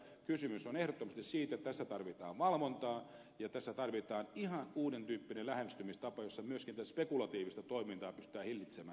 kysymys on ehdottomasti siitä että tässä tarvitaan valvontaa ja tässä tarvitaan ihan uuden tyyppinen lähestymistapa jossa myöskin tätä spekulatiivista toimintaa pystytään hillitsemään